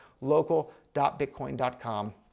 Local.bitcoin.com